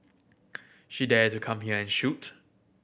she dare to come here and shoot